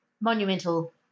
monumental